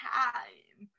time